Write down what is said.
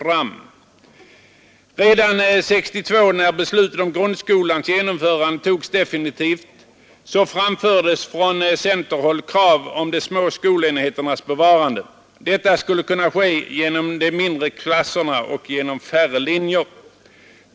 Redan när beslutet om grundskolans genomförande togs definitivt år 1962, framfördes från centerhåll krav om de små skolenheternas bevarande. Detta skulle kunna ske genom mindre klasser och färre linjer.